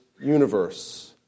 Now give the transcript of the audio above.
universe